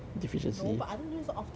no but I don't do this often now